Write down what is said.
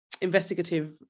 investigative